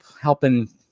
helping